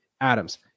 Adams